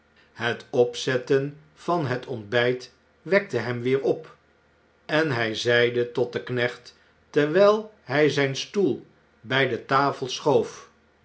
set opzetten van het ontbjjt wekte hem weer op en hij zeide tot den knecht terwjjl hij znn stoel bjj de tafel schoof